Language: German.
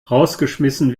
rausgeschmissen